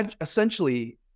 essentially